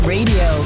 Radio